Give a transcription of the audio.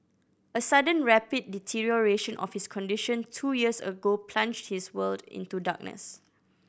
a sudden rapid deterioration of his condition two years ago plunged his world into darkness